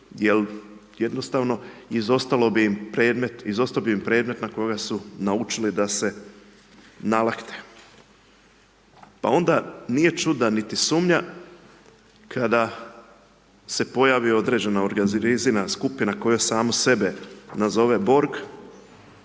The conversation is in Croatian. jer jednostavno, izostao bi im predmet na koga su naučili da se nalakne. Pa onda nije čudna niti sumnja kada se pojavi određena organizirana skupina koja samu sebe nazove borg